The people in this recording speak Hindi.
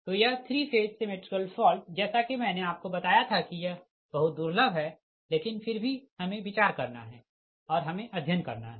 तो यह 3 फेज सिमेट्रिकल फॉल्ट जैसा कि मैंने आपको बताया था कि यह बहुत दुर्लभ है लेकिन फिर भी हमें विचार करना है और हमें अध्ययन करना है